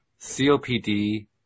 COPD